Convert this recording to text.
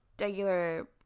regular